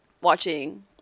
watching